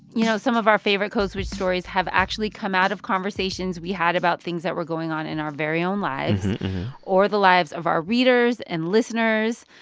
you know, some of our favorite stories stories have actually come out of conversations we had about things that were going on in our very own lives or the lives of our readers and listeners.